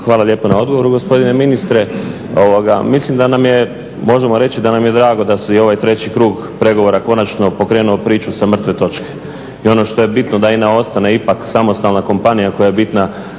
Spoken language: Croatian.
Hvala lijepa na odgovoru gospodine ministre. Mislim da nam je, možemo reći da nam je drago da je i ovaj treći krug pregovora konačno pokrenuo priču sa mrtve točke i ono što je bitno, da INA ostane ipak samostalna kompanija koja je bitna